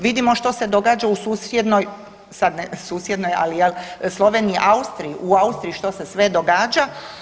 Vidimo što se događa u susjednoj, sad susjednoj, ali ja, Sloveniji, Austriji, u Austriji što se sve događa.